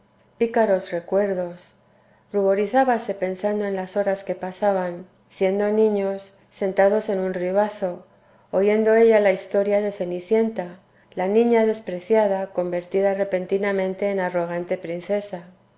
pícaros recuerdos ruborizábase pensando en las horas que pasaban siendo niños sentados en un ribazo oyendo ella la historia de cenicienta la niña despreciada convertida repentinamente en arrogante princesa